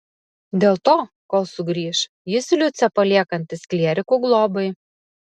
dėl to kol sugrįš jis liucę paliekantis klierikų globai